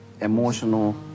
emotional